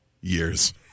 Years